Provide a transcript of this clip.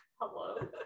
Hello